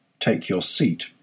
TakeYourSeat